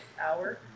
Hour